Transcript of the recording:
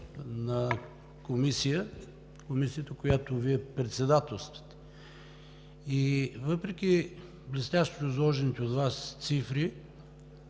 още в Комисията, която Вие председателствате. Въпреки блестящо изложените от Вас цифри,